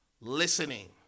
listening